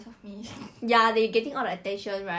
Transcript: why